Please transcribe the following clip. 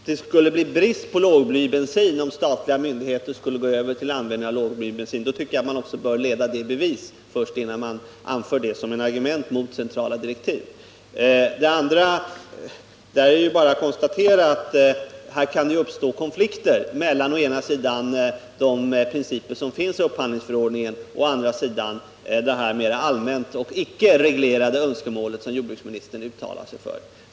Herr talman! Om man vill hävda att det skulle bli brist på lågblybensin om statliga myndigheter skulle gå över till användning av sådan bensin tycker jag att man bör leda det i bevis innan man anför det som ett argument mot centrala direktiv. Vidare är det bara att konstatera att det kan uppstå konflikter mellan å ena sidan de principer som finns i upphandlingsförordningen och å andra sidan de mer allmänna och icke reglerade önskemål som jordbruksministern talade om.